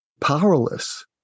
powerless